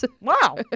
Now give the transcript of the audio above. Wow